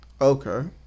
Okay